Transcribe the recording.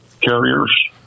carriers